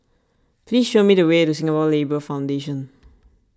please show me the way to Singapore Labour Foundation